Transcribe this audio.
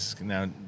now